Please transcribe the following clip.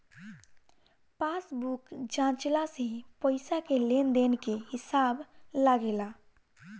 passbook जाँचला से पईसा के लेन देन के हिसाब लागेला